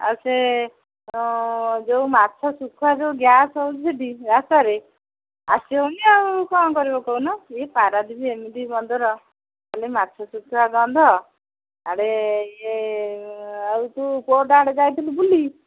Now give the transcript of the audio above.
ଆଉ ସେ ଯୋଉ ମାଛ ଶୁଖୁଆ ଯୋଉ ଗ୍ୟାସ୍ ହେଉଛି ସେଠି ରାସ୍ତାରେ ଆସିହେବନି ଆଉ କ'ଣ କରିବ କହୁନ ଏ ପାରାଦ୍ୱୀପ ଏମିତି ବନ୍ଦର ଖାଲି ମାଛ ଶୁଖୁଆ ଗନ୍ଧ ଆଡ଼େ ଇଏ ଆଉ ତୁ କୋର୍ଟ ଆଡ଼େ ଯାଇଥିଲୁ ବୁଲି